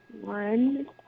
one